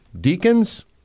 Deacons